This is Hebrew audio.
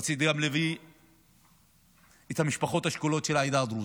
רציתי גם להביא את המשפחות השכולות של העדה הדרוזית,